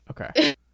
Okay